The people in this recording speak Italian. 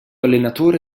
allenatore